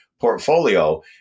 portfolio